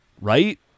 right